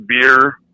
beer